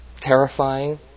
terrifying